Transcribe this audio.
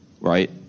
Right